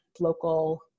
local